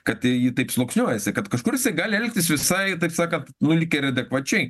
kad ji taip sluoksniuojasi kad kažkur jisai gali elgtis visai taip sakant nu lyg ir adekvačiai